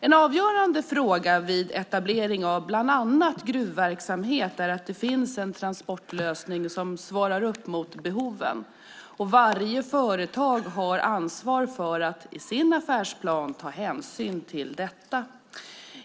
En avgörande fråga vid etablering av bland annat gruvverksamhet är att det finns en transportlösning som svarar upp mot behoven. Varje företag har ansvar för att i sin affärsplan ta hänsyn till detta.